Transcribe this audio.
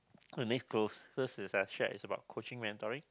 the next closest is actually is about coaching mentoring